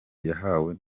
yahawe